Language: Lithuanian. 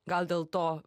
gal dėl to